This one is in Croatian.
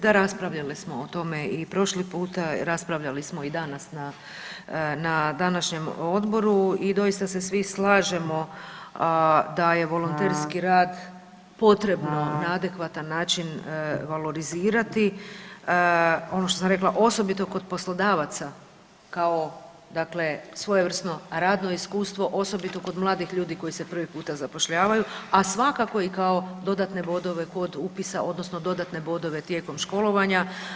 Da, raspravljali smo o tome i prošli puta, raspravljali smo i danas na današnjem odboru i doista se svi slažemo da je volonterski rad potreban na adekvatan način valorizirati, ono što sam rekla, osobito kod poslodavaca kao dakle svojevrsno radno iskustvo, osobito kod mladih ljudi koji se prvi puta zapošljavaju, a svakako i kao dodatne bodove kod upisa, odnosno dodatne bodove tijekom školovanja.